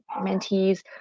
mentees